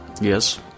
Yes